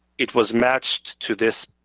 it was matched to this.